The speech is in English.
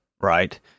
right